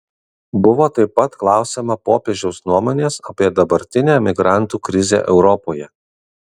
buvo taip pat klausiama popiežiaus nuomonės apie dabartinę migrantų krizę europoje